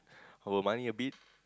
our money a bit